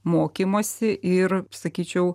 mokymosi ir sakyčiau